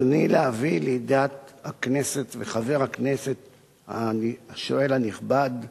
ברצוני להביא לידיעת הכנסת וחבר הכנסת השואל הנכבד,